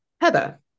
Heather